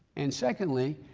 and secondly,